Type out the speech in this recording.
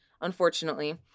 unfortunately